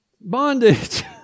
Bondage